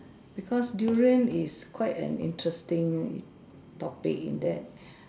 because durian is quite an interesting topic in that